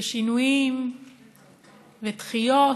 ושינויים ודחיות.